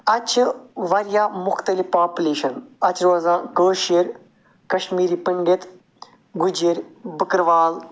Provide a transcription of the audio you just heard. اَتہِ چھِ واریاہ مُختلِف پاپُلیشَن اَتہِ چھِ روزان کٲشِر کشمیٖری پنٛڈِتھ گُجِر بٕکروال